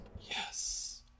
Yes